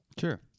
Sure